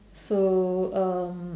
so um